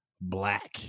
black